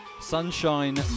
Sunshine